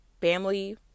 family